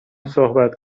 صحبت